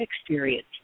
experience